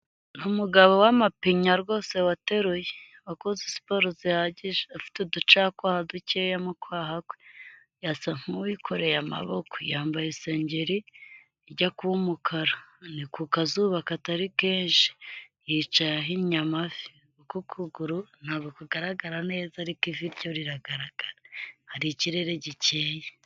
Umugabo w'amapinya rwose wateruye, wakoze siporo zihagije, afite uducakwaha dukeya mu kwaha kwe, asa nk'uwikoreye amaboko, yambaye isengeri ijya kuba umukara, ni ku kazuba katari kenshi, yicaye ahinnye amavi kuko ukuguru ntabwo kugaragara neza ariko ivi ryo riragaragara, hari ikirere gikeye.